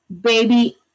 baby